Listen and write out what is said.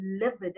livid